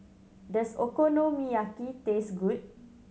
does Okonomiyaki taste good